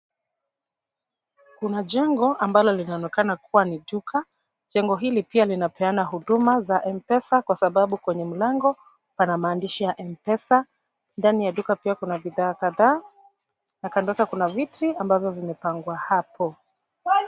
Kuna jengo ambalo linaonekana kuwa ni duka. Jengo hili pia linapeana huduma za M-Pesa kwa sababu kwenye mlango pana maandishi ya M-Pesa. Ndani ya duka pia kuna bidhaa kadha na kando yake kuna vitu ambavyo vimepangwa hapo.